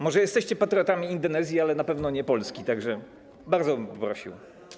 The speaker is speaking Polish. Może jesteście patriotami z Indonezji, ale na pewno nie z Polski, tak że bardzo bym o to prosił.